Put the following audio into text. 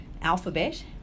Alphabet